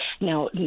Now